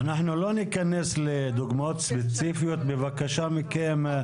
אנחנו לא ניכנס לדוגמאות ספציפיות בבקשה מכם,